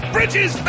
Bridges